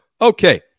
okay